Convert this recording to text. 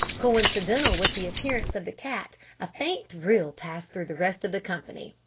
coincidental with the appearance of the cat a faint thrill passed through the rest of the company.